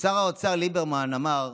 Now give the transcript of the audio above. כששר האוצר ליברמן אמר: